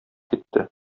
китте